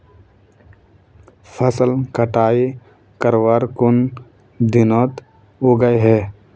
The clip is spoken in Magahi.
फसल कटाई करवार कुन दिनोत उगैहे?